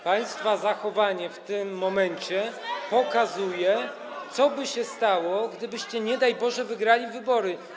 Państwa zachowanie w tym momencie pokazuje, co by się stało, gdybyście nie daj Boże wygrali wybory.